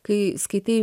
kai skaitai